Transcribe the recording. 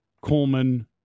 Coleman